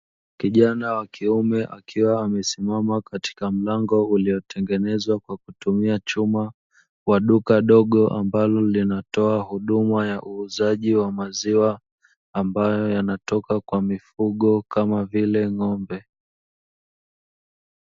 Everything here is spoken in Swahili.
Kijana wa kiume akiwa amesimama katika mlango uliotengenezwa kwa kutumia chuma wa duka dogo ambalo linatoa huduma ya uuzaji wa maziwa, ambayo yanatoka kwa mifugo kama vile ng'ombe.